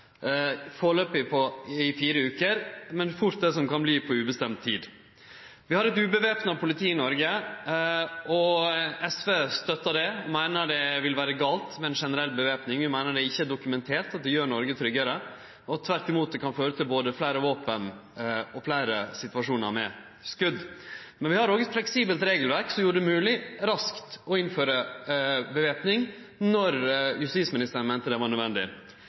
i fire veker, men det som fort kan verte på ubestemt tid. Vi har eit uvæpna politi i Noreg. SV støttar det og meiner det vil vere galt med ei generell væpning. Vi meiner det ikkje er dokumentert at det gjer Noreg tryggare, men at det tvert imot kan føre til både fleire våpen og fleire situasjonar med skot. Men vi har òg eit fleksibelt regelverk som gjorde det mogleg raskt å innføre væpning når justisministeren meinte det var nødvendig.